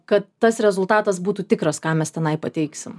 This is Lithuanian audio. kad tas rezultatas būtų tikras ką mes tenai pateiksim